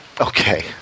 Okay